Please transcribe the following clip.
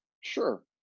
Sure